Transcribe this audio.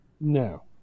no